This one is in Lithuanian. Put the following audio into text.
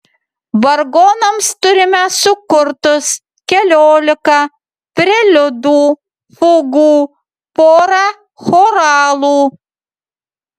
vargonams turime sukurtus keliolika preliudų fugų porą choralų